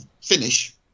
finish